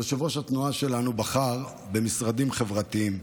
יושב-ראש התנועה שלנו בחר במשרדים חברתיים,